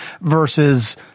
versus